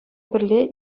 пӗрле